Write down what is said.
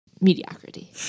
mediocrity